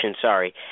sorry